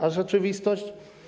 A rzeczywistość?